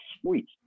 sweet